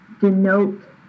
denote